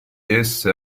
esse